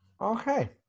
Okay